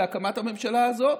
להקמת הממשלה הזאת,